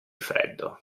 freddo